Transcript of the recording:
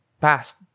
past